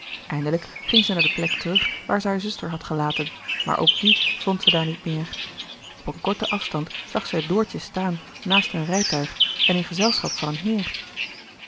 eindelijk ging zij naar de plek terug waar zij hare zuster had gelaten maar ook die vond zij daar niet meer op een korten afstand zag zij doortje staan naast een rijtuig en in gezelschap van een heer